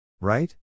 Right